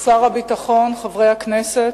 שר הביטחון, חברי הכנסת,